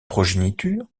progéniture